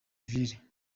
civile